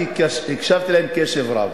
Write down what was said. כי הקשבתי להם קשב רב,